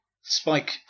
Spike